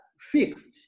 fixed